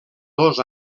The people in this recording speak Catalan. dos